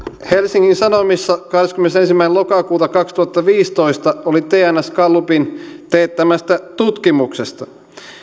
helsingin sanomissa kahdeskymmenesensimmäinen lokakuuta kaksituhattaviisitoista oli tns gallupin teettämästä tutkimuksesta